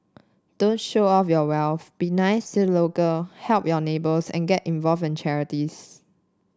don't show off your wealth be nice to local help your neighbours and get involve in charities